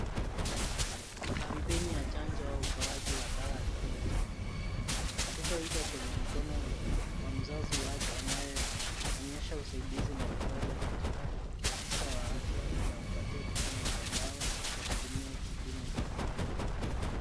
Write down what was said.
Ni kampeni ya chanjo, au utoaji wa dawa ya kinywa cha watoto. Mtoto yuko kwenye mkono wa mzazi wake anayeonyesha usaidizi na upole katika afisa wa afya anampatia kipimo cha dawa kwa kutumia kipimo cha kinywa.